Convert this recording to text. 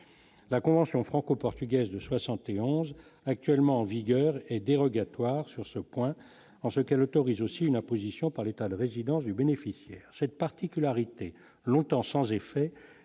la convention franco-portugaise de 71 actuellement en vigueur et dérogatoire sur ce point en ce qu'elle autorise aussi l'imposition par l'État de résidence du bénéficiaire cette particularité longtemps sans effet